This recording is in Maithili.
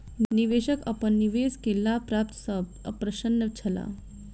निवेशक अपन निवेश के लाभ प्राप्ति सॅ अप्रसन्न छला